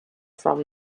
from